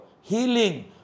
healing